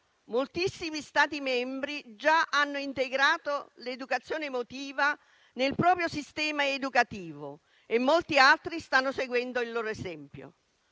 moltissimi Stati membri già hanno integrato l'educazione emotiva nel proprio sistema educativo e molti altri stanno seguendo il loro esempio.